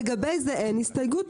לגבי זה אין הסתייגות,